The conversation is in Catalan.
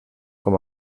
com